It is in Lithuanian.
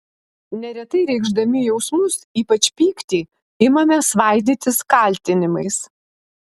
neretai reikšdami jausmus ypač pyktį imame svaidytis kaltinimais